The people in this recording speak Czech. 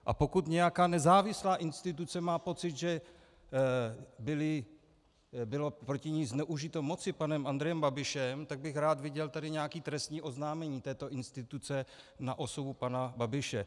A pokud nějaká nezávislá instituce má pocit, že bylo proti ní zneužito moci panem Andrejem Babišem, tak bych rád viděl tady nějaké trestní oznámení této instituce na osobu pana Babiše.